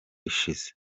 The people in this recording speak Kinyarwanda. ishize